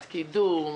קידום,